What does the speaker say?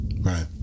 Right